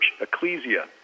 ecclesia